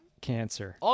cancer